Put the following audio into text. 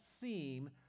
seem